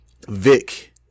Vic